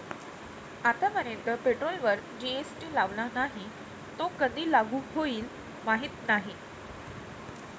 आतापर्यंत पेट्रोलवर जी.एस.टी लावला नाही, तो कधी लागू होईल माहीत नाही